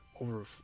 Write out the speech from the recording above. over